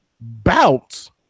bouts